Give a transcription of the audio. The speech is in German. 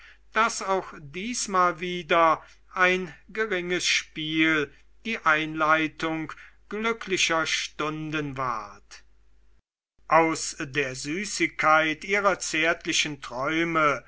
daß auch diesmal wieder ein geringes spiel die einleitung glücklicher stunden ward aus der süßigkeit ihrer zärtlichen träume